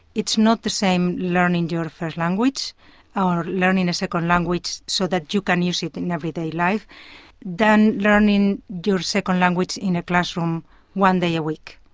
it's not the same learning your first language or learning a second language so that you can use it in everyday life than learning your second language in a classroom one day a week.